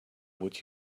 would